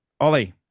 Ollie